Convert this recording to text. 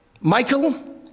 Michael